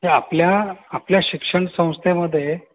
आपल्या आपल्या शिक्षण संस्थेमध्ये